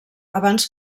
abans